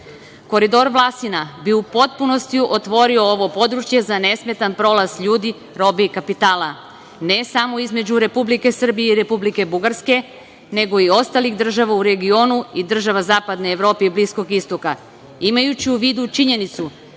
Vlasina bi u potpunosti otvorio ovo područje za nesmetan prolaz ljudi, robe i kapitala, ne samo između Republike Srbije i Republike Bugarske, nego i ostalih država u regionu i država zapadne Evrope i Bliskog Istoka, imajući u vidu činjenicu